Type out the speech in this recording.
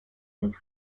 del